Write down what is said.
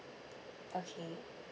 okay